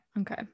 Okay